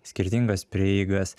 skirtingas prieigas